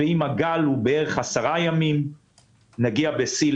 ואם הגל הוא בערך 10 ימים נגיע בשיא